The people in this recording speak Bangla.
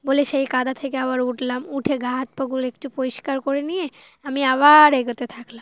বলে সেই কাদা থেকে আবার উঠলাম উঠে গা হাত পাগুল একটু পরিষ্কার করে নিয়ে আমি আবার এগোতে থাকলাম